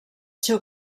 seu